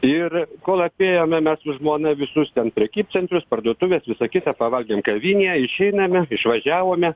ir kol apėjome mes su žmona visus ten prekybcentrius parduotuves visa kita pavalgėm kavinėje išeiname išvažiavome